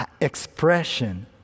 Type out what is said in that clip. expression